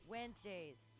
Wednesdays